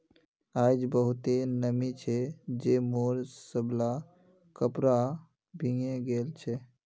आइज बहुते नमी छै जे मोर सबला कपड़ा भींगे गेल छ